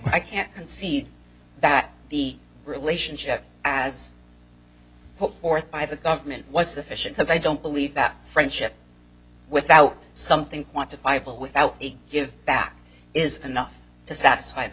i can't see that the relationship as put forth by the government was sufficient cause i don't believe that friendship without something want to bible without give back is enough to satisfy the